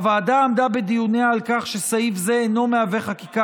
הוועדה עמדה בדיוניה על כך שסעיף זה אינו מהווה חקיקה